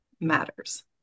matters